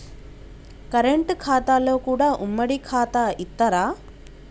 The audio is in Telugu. కరెంట్ ఖాతాలో కూడా ఉమ్మడి ఖాతా ఇత్తరా?